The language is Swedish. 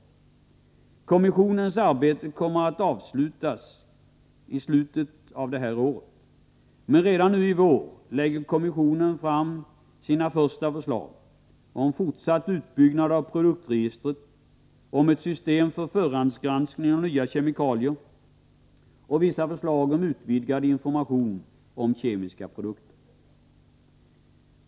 Kommissionens arbete kommer att avslutas i slutet av detta år. Men redan under våren lägger kommissionen fram delförslag om fortsatt uppbyggnad av produktregistret och ett system för förhandsgranskning av nya kemikalier samt vissa förslag om utvidgad information om kemiska produkter.